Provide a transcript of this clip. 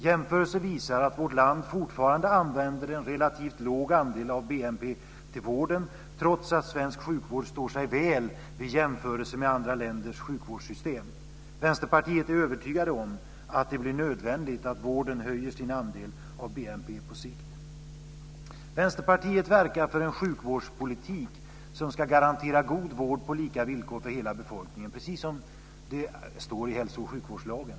Jämförelsen visar att vårt land fortfarande använder en relativt låg andel av BNP till vården, trots att svensk sjukvård står sig väl vid en jämförelse med andra länders sjukvårdssystem. Vänsterpartiet är övertygat om att det blir nödvändigt att vården höjer sin andel av BNP på sikt. Vänsterpartiet verkar för en sjukvårdspolitik som ska garantera god vård på lika villkor för hela befolkningen, precis som det står i hälso och sjukvårdslagen.